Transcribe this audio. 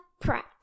pratt